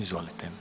Izvolite.